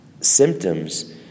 symptoms